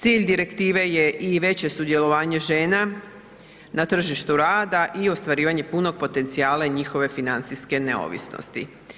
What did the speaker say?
Cilj direktive je i veće sudjelovanje žena na tržištu rada i ostvarivanju punog potencijala i njihove financijske neovisnosti.